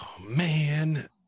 man